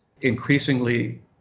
increasingly